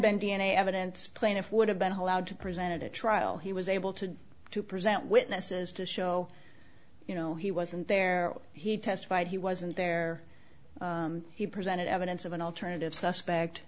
been d n a evidence plaintiff would have been allowed to presented a trial he was able to to present witnesses to show you know he wasn't there he testified he wasn't there he presented evidence of an alternative